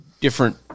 different